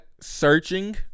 Searching